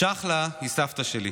צ'חלה היא סבתא שלי.